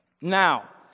Now